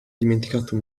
dimenticato